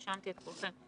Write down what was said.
רשמתי את כולכם.